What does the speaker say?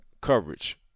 coverage